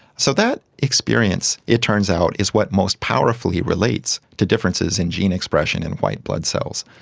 so that experience, it turns out, is what most powerfully relates to differences in gene expression in white blood cells.